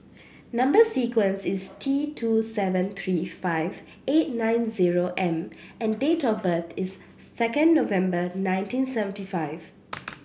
number sequence is T two seven three five eight nine zero M and date of birth is second November nineteen seventy five